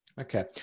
Okay